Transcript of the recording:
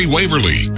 Waverly